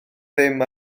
ddim